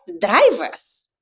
drivers